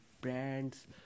brands